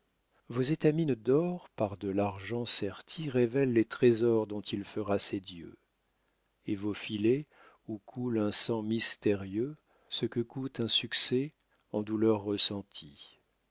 vos étamines d'or par de l'argent serties révèlent les trésors dont il fera ses dieux et vos filets où coule un sang mystérieux ce que coûte un succès en douleurs ressenties